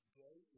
day